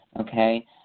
okay